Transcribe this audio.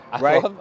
right